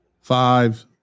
five